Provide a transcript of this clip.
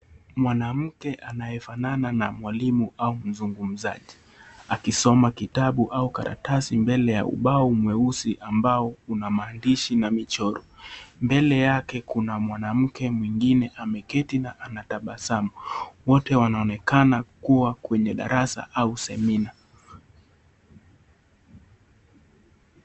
Mwanamke anayefanana na mwalimu au mzungumzaji akisoma kitabu au karatasi mbele ya ubao mweusi ambao una maandishi na michoro. Mbele yake kuna mwanamke mwingine ameketi na anatabasamu wote wanaonekana kuwa kwenye darasa au semina.